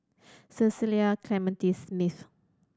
Cecil Clementi Smith